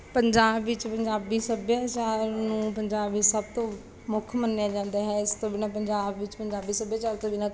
ਪੰਜਾਬ ਵਿੱਚ ਪੰਜਾਬੀ ਸੱਭਿਆਚਾਰ ਨੂੰ ਪੰਜਾਬ ਵਿੱਚ ਸਭ ਤੋਂ ਮੁੱਖ ਮੰਨਿਆ ਜਾਂਦਾ ਹੈ ਇਸ ਤੋਂ ਬਿਨਾ ਪੰਜਾਬ ਵਿੱਚ ਪੰਜਾਬੀ ਸੱਭਿਆਚਾਰ ਤੋਂ ਬਿਨਾ